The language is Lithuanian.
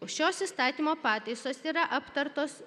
šios įstatymo pataisos yra aptartos